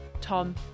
Tom